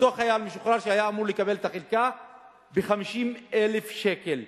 אותו חייל משוחרר שהיה אמור לקבל את החלקה ב-50,000 שקל,